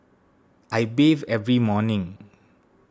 I bathe every morning